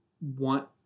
want